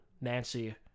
Nancy